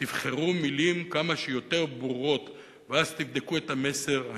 תבחרו מלים כמה שיותר ברורות ואז תבדקו את המסר,